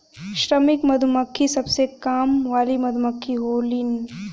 श्रमिक मधुमक्खी सबसे काम वाली मधुमक्खी होलीन